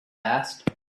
asked